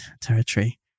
territory